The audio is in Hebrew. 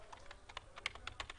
ביטול האירוע לא היה תלוי בהם.